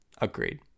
Agreed